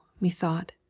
METHOUGHT